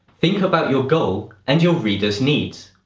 think about your goal and your reader's needs.